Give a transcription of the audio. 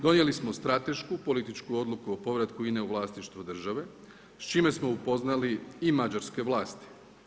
Donijeli smo stratešku, političku odluku o povratku INA-e u vlasništvu državu, s čime smo upoznali i mađarske vlasti.